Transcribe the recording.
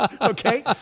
Okay